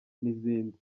n’izindi